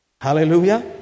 hallelujah